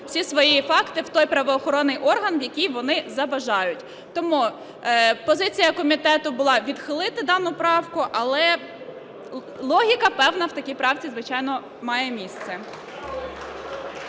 всі свої факти в той правоохоронний орган, у який вони забажають. Тому позиція комітету була відхилити дану правку. Але логіка певна в такій правці, звичайно, має місце.